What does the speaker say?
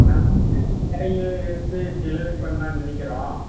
நாங்கள் சின்ன சின்ன கடைகள எடுத்து டெலிவரி பண்ணலான்னு நினைக்கிறோம்